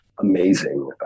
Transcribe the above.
amazing